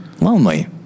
lonely